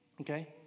Okay